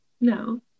no